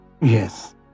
Yes